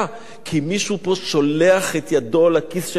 כי מישהו פה שולח את ידו לכיס של ההורים,